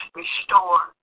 restore